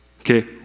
okay